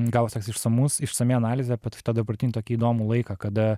gavosi toks išsamus išsami analizė apie tą dabartinį tokį įdomų laiką kada